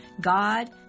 God